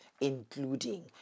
including